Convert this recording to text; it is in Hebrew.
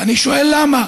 ואני שואל: למה